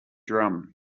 drum